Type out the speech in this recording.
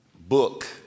book